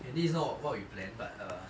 okay this is not what we planned but uh